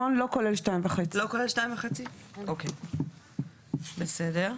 כולל 2.5, בסדר.